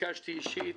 ביקשתי אישית,